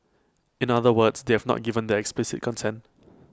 in other words they have not given their explicit consent